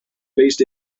based